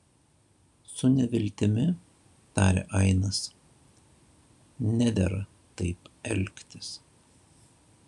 su neviltimi tarė ainas nedera taip elgtis